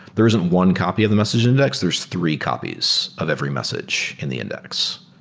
there isn't one copy of the message index. there're three copies of every message in the index.